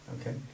Okay